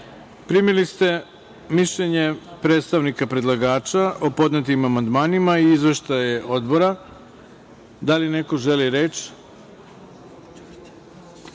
Bajrami. Primili ste mišljenje predstavnika predlagača o podnetim amandmanima i izveštaje odbora. Da li neko želi reč?